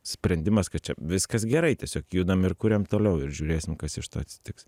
sprendimas kad čia viskas gerai tiesiog judam ir kuriam toliau ir žiūrėsim kas iš to atsitiks